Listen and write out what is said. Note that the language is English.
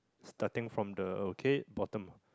starting from the okay bottom